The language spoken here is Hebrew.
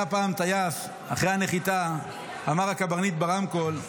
היה פעם טייס, אחרי הנחיתה אמר הקברניט ברמקול: